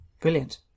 Brilliant